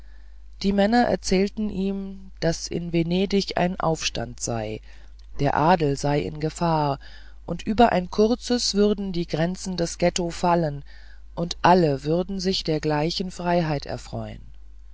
die männer erzählten ihm daß in venedig ein aufstand sei der adel sei in gefahr und über ein kurzes würden die grenzen des ghetto fallen und alle würden sich der gleichen freiheit erfreuen